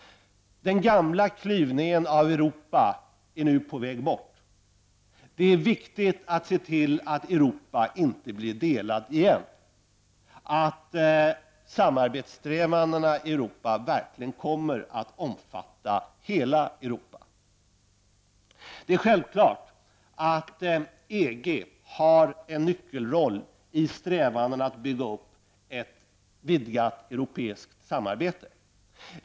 Den gamla klyvningen av Europa är nu på väg bort. Det är viktigt att se till att Europa inte blir delat på nytt. Det är viktigt att se till att samarbetssträvandena i Europa verkligen kommer att omfatta hela Europa. EG har självfallet en nyckelroll i strävandena att bygga upp ett vidgat europeiskt samarbete.